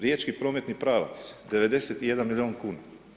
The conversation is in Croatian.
Riječki prometni pravac 91 milijun kuna.